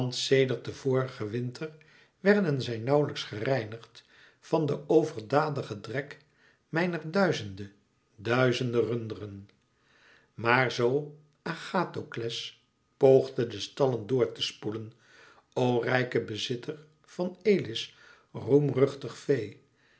den vorigen winter werden zij nauwlijks gereinigd van de overdadige drek mijner duizende duizende runderen maar zoo agathokles poogde de stallen door te spoelen o rijke bezitter van elis roemruchtig